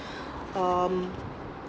um